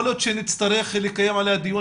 יכול להיות שנצטרך לקיים עליה דיון